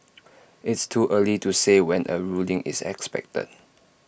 it's too early to say when A ruling is expected